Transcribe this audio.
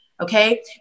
Okay